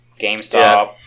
GameStop